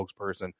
spokesperson